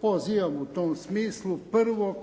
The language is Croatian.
pozivam u tom smislu prvog